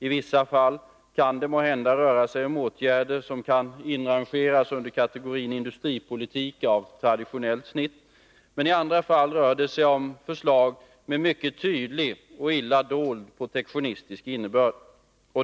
I vissa fall kan det måhända röra sig om åtgärder, som kan inrangeras under kategorin industripolitik av traditionellt snitt, men i andra fall rör det sig om förslag med mycket tydlig och illa dold protektionistisk innebörd.